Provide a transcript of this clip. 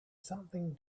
something